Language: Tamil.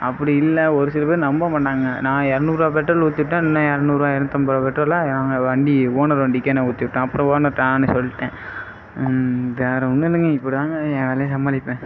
அப்படி இல்லை ஒரு சில பேர் நம்ப மாட்டாங்க நான் இரநூறுவா பெட்ரோல் ஊற்றிட்டேன் இன்னும் இரநூறுவா இரநூத்தம்பதுரூவா பெட்ரோலை நாங்கள் வண்டி ஓனர் வண்டிக்கே நான் ஊற்றிவிட்டேன் அப்புறம் ஓனர்கிட்ட நானே சொல்லிட்டேன் வேற ஒன்றும் இல்லைங்க இப்படிதாங்க வேலையை சமாளிப்பேன்